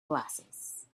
glasses